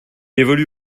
évolue